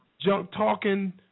junk-talking